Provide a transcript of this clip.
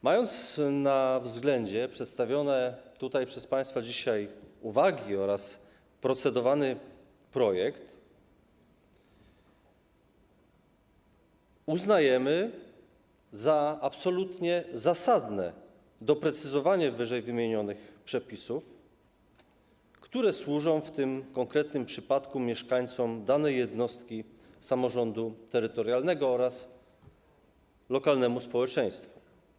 Mając na względzie przedstawione tutaj przez państwa dzisiaj uwagi oraz procedowany projekt, uznajemy za absolutnie zasadne doprecyzowanie ww. przepisów, które służą w tym konkretnym przypadku mieszkańcom danej jednostki samorządu terytorialnego oraz lokalnemu społeczeństwu.